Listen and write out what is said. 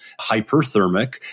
hyperthermic